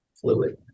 fluid